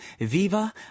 Viva